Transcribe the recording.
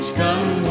come